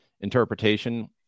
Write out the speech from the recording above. interpretation